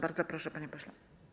Bardzo proszę, panie pośle.